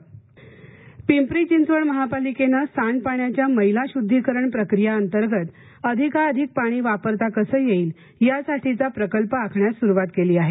पिंपरी चिंचवड मैला शद्धीकरण पिंपरी चिंचवड महापालिकेने सांडपाण्याच्या मैला शुद्धीकरण प्रक्रिया अंतर्गत अधिकाधिक पाणी वापरात कसे येईल यासाठीचा प्रकल्प आखण्यास सुरुवात केली आहे